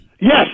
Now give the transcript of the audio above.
Yes